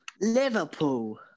Liverpool